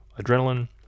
adrenaline